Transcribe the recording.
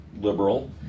liberal